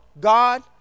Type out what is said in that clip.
God